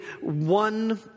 one-